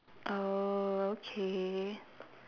oh okay